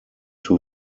too